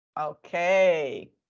Okay